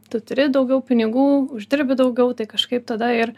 tu turi daugiau pinigų uždirbi daugiau tai kažkaip tada ir